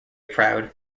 proud